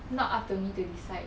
not up to me to decide